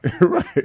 right